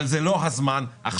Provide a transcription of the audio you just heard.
אבל זה לא הזמן עכשיו.